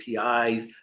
APIs